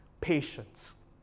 patience